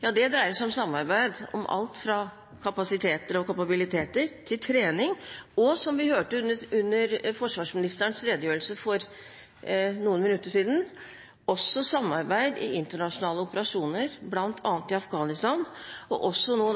Det dreier seg om samarbeid om alt fra kapasiteter og kapabiliteter til trening og, som vi hørte under forsvarsministerens redegjørelse for noen minutter siden, samarbeid i internasjonale operasjoner i bl.a. Afghanistan og også nå